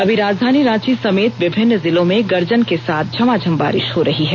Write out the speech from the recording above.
अभी राजधानी रांची समेत विभिन्न जिलों में गर्जन के साथ झमाझम बारिष हो रही है